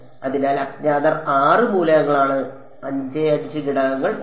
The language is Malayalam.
അതിനാൽ അജ്ഞാതർ 6 മൂലകങ്ങളാണ് 5 5 ഘടകങ്ങൾ ഉണ്ട്